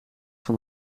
van